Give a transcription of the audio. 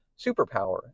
superpower